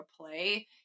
play